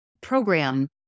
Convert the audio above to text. program